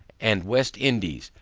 and west indies,